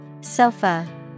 Sofa